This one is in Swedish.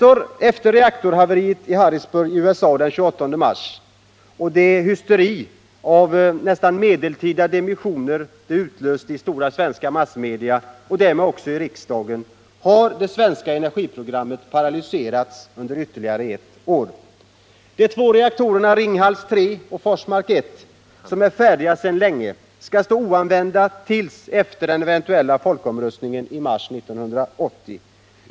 Efter reaktorhaveriet i Harrisburg i USA den 28 mars och den hysteri av nästan medeltida dimensioner det utlöste i stora svenska massmedia och därmed också i riksdagen har det svenska energiprogrammet paralyserats under ytterligare ett år. De två reaktorer, Ringhals 3 och Forsmark 1, som är färdiga sedan länge, skall stå oanvända till efter den eventuella folkomröstningen i mars 1980.